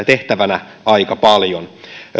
tehtävänä aika paljon